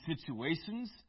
situations